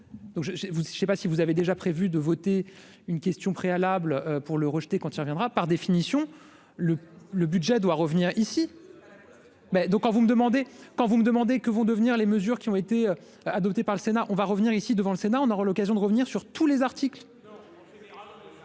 je sais pas si vous avez déjà prévu de voter une question préalable pour le rejeter quand il reviendra, par définition, le le budget doit revenir ici ben donc quand vous me demandez : quand vous me demandez : que vont devenir les mesures qui ont été adoptés par le Sénat, on va revenir ici devant le Sénat, on aura l'occasion de revenir sur tous les articles